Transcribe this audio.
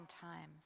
times